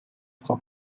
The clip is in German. frau